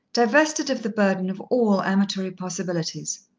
divested of the burden of all amatory possibilities.